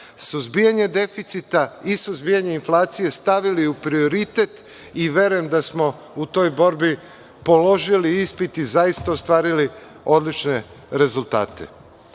suzbijanje deficita i suzbijanje inflacije stavili u prioritet i verujem da smo u toj borbi položili ispit i zaista ostvarili odlične rezultate. Moram